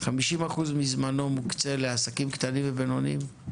50% מזמנו מוקצה לעסקים קטנים ובינוניים?